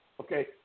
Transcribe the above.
Okay